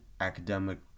academic